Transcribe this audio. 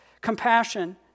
Compassion